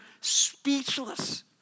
speechless